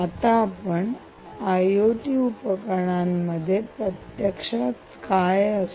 आता आपण बघूया आयओटी उपकरणांमध्ये प्रत्यक्षात काय असते